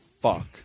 fuck